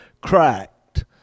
cracked